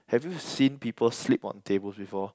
have you seen people sleep on tables before